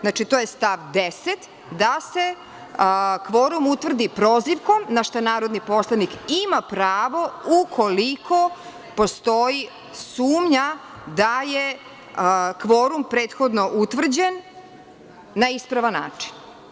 Znači, to je stav 10. da se kvorum utvrdi prozivkom, na šta narodni poslanik ima pravo, ukoliko postoji sumnja da je kvorum prethodno utvrđen na ispravan način.